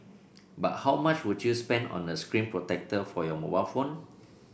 but how much would you spend on a screen protector for your mobile phone